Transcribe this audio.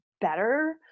better